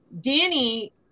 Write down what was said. Danny